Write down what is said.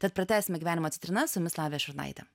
tad pratęsime gyvenimo citrinas su jumis lavija šurnaitė